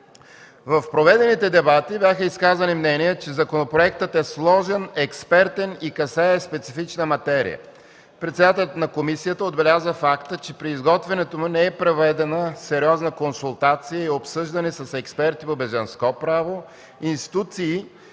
В проведените дебати бяха изказани мнения, че законопроектът е сложен, експертен и касае специфична материя. Председателят на комисията отбеляза факта, че при изготвянето му не е проведена сериозна консултация и обсъждане с експерти по бежанско право, институции